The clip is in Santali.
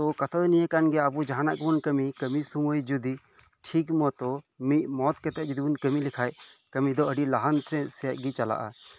ᱠᱟᱛᱷᱟ ᱫᱚ ᱱᱤᱭᱟᱹ ᱠᱟᱱ ᱜᱮᱭᱟ ᱟᱵᱚ ᱡᱟᱦᱟᱸᱱᱟᱜ ᱜᱮᱵᱚᱱ ᱠᱟᱹᱢᱤ ᱠᱟᱹᱢᱤ ᱥᱳᱢᱳᱭ ᱡᱚᱫᱤ ᱴᱷᱤᱠᱢᱚᱛᱚ ᱢᱤᱫ ᱢᱚᱛᱚ ᱠᱟᱛᱮᱫ ᱵᱚᱱ ᱠᱟᱹᱢᱤ ᱞᱮᱠᱷᱟᱱ ᱠᱟᱹᱢᱤ ᱫᱚ ᱟᱹᱰᱤ ᱞᱟᱦᱟᱱᱛᱤ ᱥᱮᱫ ᱜᱮ ᱪᱟᱞᱟᱜᱼᱟ